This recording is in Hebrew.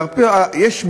יש,